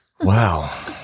Wow